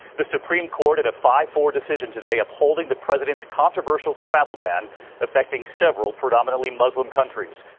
the supreme court in a five four decision today upholding the president's controversial travel ban affecting several predominantly muslim countries.